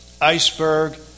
iceberg